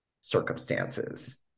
circumstances